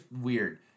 weird